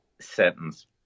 sentence